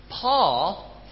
Paul